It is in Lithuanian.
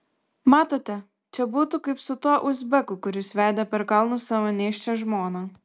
matote čia būtų kaip su tuo uzbeku kuris vedė per kalnus savo nėščią žmoną